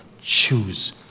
choose